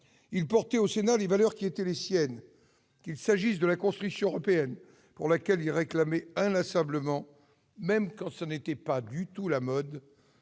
Il portait au Sénat les valeurs qui étaient les siennes, qu'il s'agisse de la construction européenne - il réclamait inlassablement, même lorsque ce n'était pas du tout la mode,